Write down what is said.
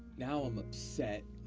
now i'm upset.